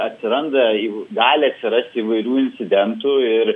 atsiranda jų gali atsirasti įvairių incidentų ir